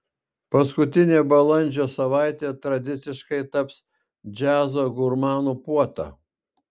paskutinė balandžio savaitė tradiciškai taps džiazo gurmanų puota